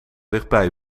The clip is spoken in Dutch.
dichtbij